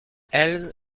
elles